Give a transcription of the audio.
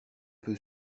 peu